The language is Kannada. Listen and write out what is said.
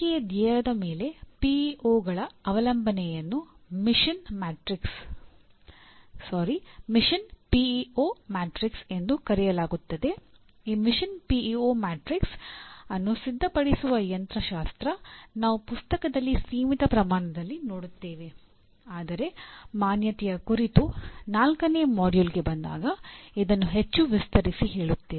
ಇಲಾಖೆಯ ಧ್ಯೇಯದ ಮೇಲೆ ಪಿಇಒಗಳ ಅನ್ನು ಸಿದ್ಧಪಡಿಸುವ ಯಂತ್ರಶಾಸ್ತ್ರ ನಾವು ಪ್ರಸ್ತುತದಲ್ಲಿ ಸೀಮಿತ ಪ್ರಮಾಣದಲ್ಲಿ ನೋಡುತ್ತೇವೆ ಆದರೆ ಮಾನ್ಯತೆಯ ಕುರಿತು ನಾಲ್ಕನೇ ಮಾಡ್ಯೂಲ್ಗೆ ಬಂದಾಗ ಇದನ್ನು ಹೆಚ್ಚು ವಿಸ್ತರಿಸಿ ಹೇಳುತ್ತೇವೆ